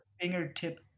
fingertip